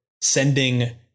sending